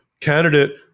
candidate